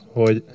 hogy